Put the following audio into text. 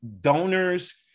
donors